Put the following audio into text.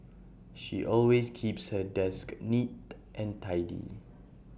she always keeps her desk neat and tidy